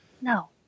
No